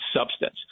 substance